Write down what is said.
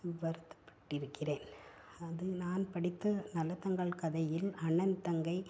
வருத்தப்பட்டிருக்கிறேன் அது நான் படித்த நல்லதங்காள் கதையில் அண்ணன் தங்கை